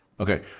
Okay